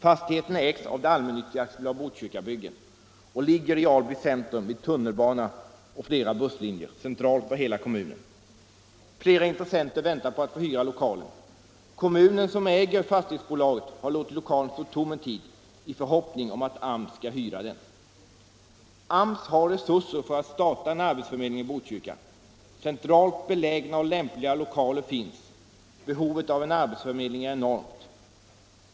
Fastigheten ägs av det allmännyttiga AB Botkyrkabyggen och ligger i Alby centrum vid tunnelbana och flera busslinjer, centralt för hela kommunen. Flera intressenter väntar på att få hyra lokalen. Kommunen som äger fastighetsbolaget har låtit lokalen stå tom en tid i förhoppning om att AMS skall hyra den. AMS har resurser för att starta en arbetsförmedling i Botkyrka. Centralt belägna och lämpliga lokaler finns. Behovet av en arbetsförmedling är enormt.